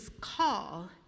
call